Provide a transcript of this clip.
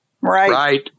right